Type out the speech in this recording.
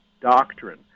Doctrine